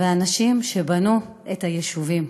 אנשים שבנו את היישובים.